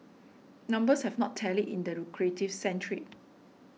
numbers have not tallied in the lucrative sand trade